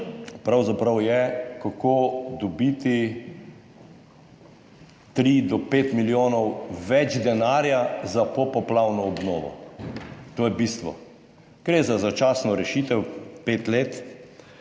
pravzaprav je kako dobiti 3 do 5 milijonov več denarja za popoplavno obnovo, to je bistvo, gre za začasno rešitev 5 let.